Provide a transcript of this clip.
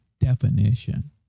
definition